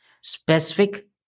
Specific